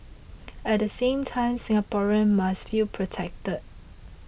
at the same time Singaporeans must feel protected